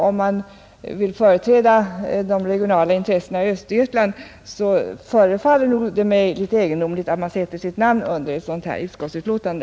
Om man vill företräda de regionala intressena i Östergötland, måste jag säga att det förefaller mig litet egendomligt att man sätter sitt namn under ett sådant utskottsbetänkande.